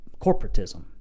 corporatism